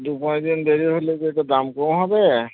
দু পাঁচ দিন দেরি হলে কি একটু দাম কম হবে